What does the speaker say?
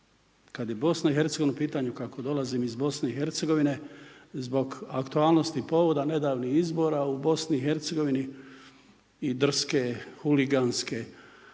Kad je Bosna i Hercegovina u pitanju kako dolazim iz Bosne i Hercegovine zbog aktualnosti i povoda nedavnih izbora u Bosni i Hercegovini i drske, huliganske ambicije